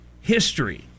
history